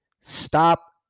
Stop